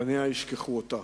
בניה ישכחו אותה.